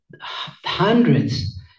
hundreds